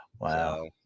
wow